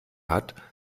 hat